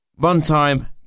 Runtime